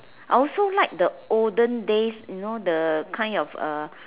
I also like the olden days you know the kind of uh